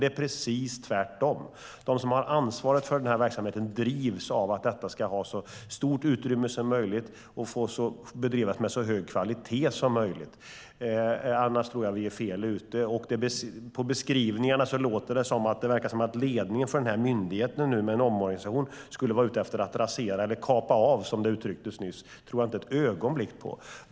Det är precis tvärtom - de som har ansvaret för verksamheten drivs av att den ska ha så stort utrymme som möjligt och bedrivas med så hög kvalitet som möjligt. Tror vi något annat är vi fel ute. På beskrivningarna låter det som om ledningen för myndigheten skulle vara ute efter att med en omorganisation rasera eller "kapa av", som det uttrycktes nyss. Det tror jag inte ett ögonblick på.